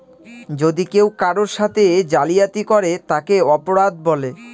যদি কেউ কারোর সাথে জালিয়াতি করে তাকে অপরাধ বলে